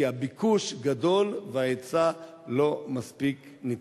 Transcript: כי הביקוש גדול וההיצע לא מספיק ניתן.